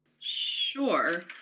Sure